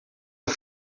een